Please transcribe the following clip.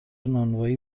نانوایی